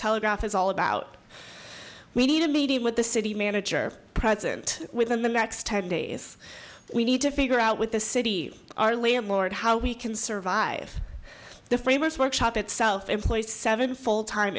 telegraph is all about we need a meeting with the city manager present within the next ten days we need to figure out with the city our landlord how we can survive the famous workshop itself employs seven full time